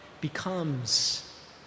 becomes